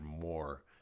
more